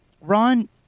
Ron